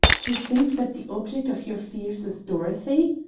to think that the object of your fears is dorothy,